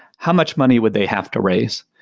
how much money would they have to raise?